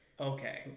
Okay